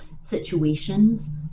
situations